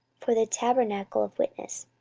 for the tabernacle of witness?